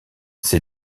ces